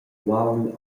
uaul